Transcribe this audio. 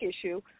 issue